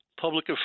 public